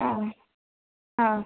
ಹಾಂ ಹಾಂ